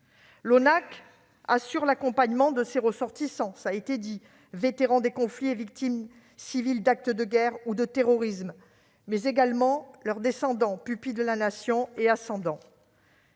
l'ONACVG assure l'accompagnement de ses ressortissants : vétérans des conflits et victimes civiles d'actes de guerre ou de terrorisme, mais également leurs descendants- pupilles de la Nation -et ascendants.